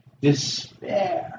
despair